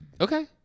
Okay